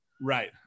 right